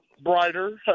brighter